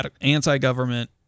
anti-government